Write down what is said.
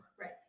right